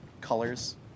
colors